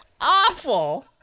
awful